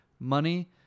Money